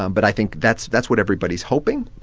um but i think that's that's what everybody's hoping.